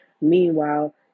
Meanwhile